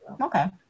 Okay